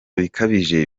bikabije